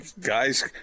guys –